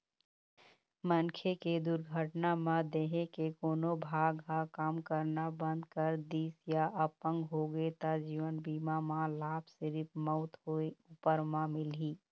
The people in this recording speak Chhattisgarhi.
मनखे के दुरघटना म देंहे के कोनो भाग ह काम करना बंद कर दिस य अपंग होगे त जीवन बीमा म लाभ सिरिफ मउत होए उपर म मिलही